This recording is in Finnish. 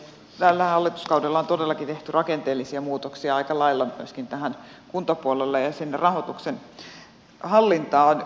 tällä hallituskaudella on todellakin tehty rakenteellisia muutoksia aika lailla myöskin kuntapuolelle ja sinne rahoituksen hallintaan